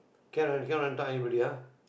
cannot cannot tell anybody ah